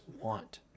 want